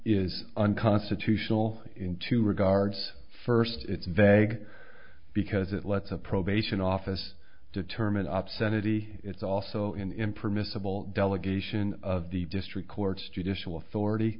is unconstitutional in two regards first it's vague because it lets the probation office determine obscenities it's also an impermissible delegation of the district courts judicial authority